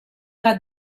era